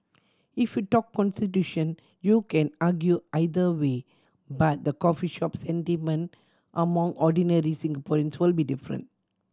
if you talk constitution you can argue either way but the coffee shop sentiment among ordinary Singaporean will be different